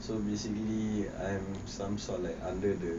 so basically I'm some sort like under the